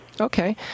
Okay